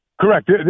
Correct